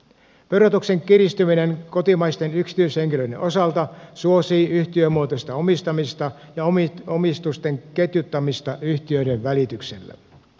verotuksen kiristyminen kotimaisten yksityishenkilöiden osalta suosii yhtiömuotoista omistamista ja omistusten ketjuttamista yhtiöiden välityksellä